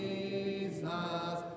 Jesus